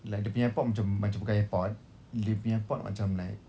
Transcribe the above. like dia punya airport macam macam bukan airport dia punya airport macam like